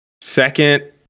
Second